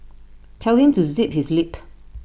tell him to zip his lip